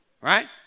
Right